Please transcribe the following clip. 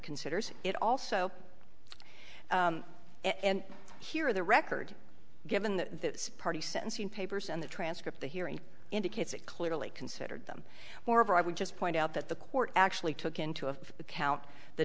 considers it also and here the record given the party sentencing papers and the transcript the hearing indicates it clearly considered them moreover i would just point out that the court actually took into a account the